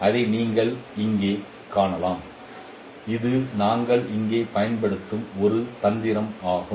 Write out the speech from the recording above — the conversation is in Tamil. அதை நீங்கள் இங்கே காணலாம் இது நாங்கள் இங்கே பயன்படுத்தும் ஒரு தந்திரமாகும்